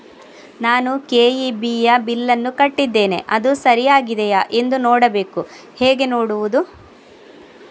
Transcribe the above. ನಾನು ಕೆ.ಇ.ಬಿ ಯ ಬಿಲ್ಲನ್ನು ಕಟ್ಟಿದ್ದೇನೆ, ಅದು ಸರಿಯಾಗಿದೆಯಾ ಎಂದು ನೋಡಬೇಕು ಹೇಗೆ ನೋಡುವುದು?